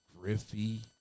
Griffey